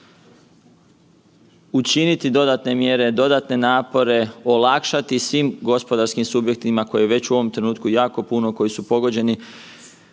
učiniti dodatne mjere, dodatne napore, olakšati svim gospodarskim subjektima koji već u ovom trenutku jako puno, koji su pogođeni